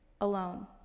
alone